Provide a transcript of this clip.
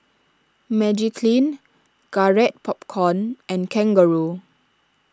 Magiclean Garrett Popcorn and Kangaroo